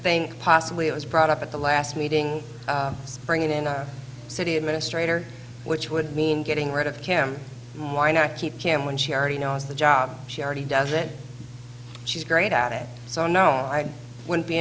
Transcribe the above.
thing possibly it was brought up at the last meeting bringing in a city administrator which would mean getting rid of him why not keep cam when she already knows the job she already does that she's great at it so no i wouldn't be